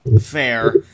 fair